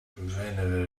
whenever